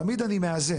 תמיד אני מאזן,